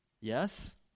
Yes